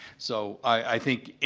so, i think,